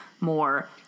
more